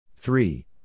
Three